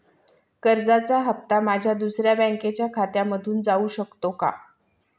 कर्जाचा हप्ता माझ्या दुसऱ्या बँकेच्या खात्यामधून जाऊ शकतो का?